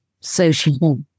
social